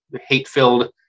hate-filled